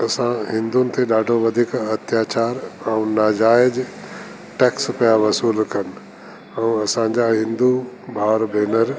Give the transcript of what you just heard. असां हिंदूनि ते ॾाढो वधीक अत्याचार ऐं नाजाइज टैक्स पिया वसूल कनि ऐं असांजा हिंदू भाउर भेनर